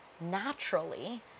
naturally